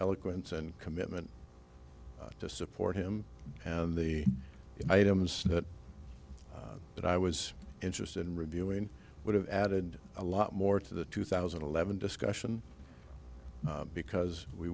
eloquence and commitment to support him and the items that that i was interested in reviewing would have added a lot more to the two thousand and eleven discussion because we